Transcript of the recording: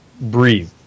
Breathe